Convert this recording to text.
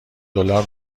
دلار